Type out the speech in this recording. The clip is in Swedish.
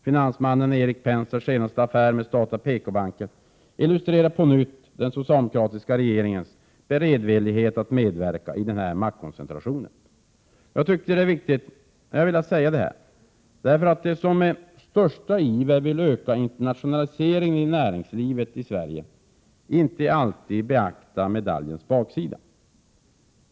Finansmannen Erik Pensers senaste affär med statliga PK-banken illustrerar på nytt den socialdemokratiska regeringens beredvillighet att medverka i denna maktkoncentration. Jag tycker att detta är viktigt, och jag har velat säga det här därför att de som med största iver vill öka internationaliseringen inom svenskt näringsliv inte alltid beaktar medaljens baksida.